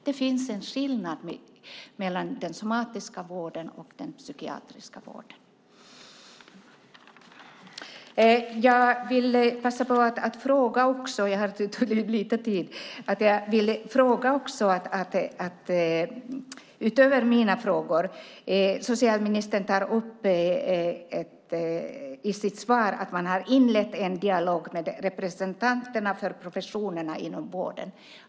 Det finns en skillnad mellan den somatiska vården och den psykiatriska vården. Jag vill passa på att ställa en fråga till innan min talartid tar slut. Socialministern tar i sitt interpellationssvar upp att man har inlett en dialog med representanterna för professionerna inom vården.